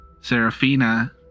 Serafina